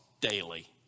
daily